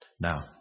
Now